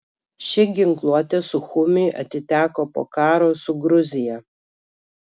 ši ginkluotė suchumiui atiteko po karo su gruzija